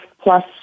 plus